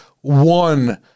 one